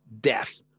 death